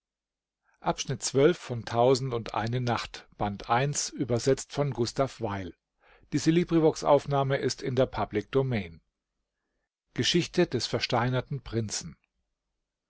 worte des prinzen